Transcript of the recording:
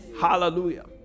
Hallelujah